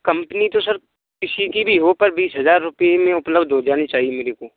company तो sir किसी की भी हो पर बीस हजार रुपए में उपलब्ध हो जानी चाहिए मेरे को